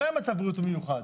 לא היה מצב בריאותי מיוחד.